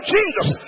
Jesus